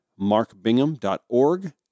markbingham.org